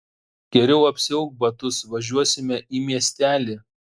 geriau apsiauk batus važiuosime į miestelį